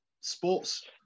sports